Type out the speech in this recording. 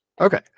Okay